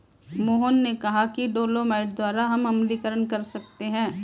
मोहन ने कहा कि डोलोमाइट द्वारा हम अम्लीकरण कर सकते हैं